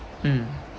mm